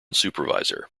supervisor